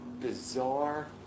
bizarre